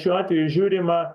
šiuo atveju žiūrima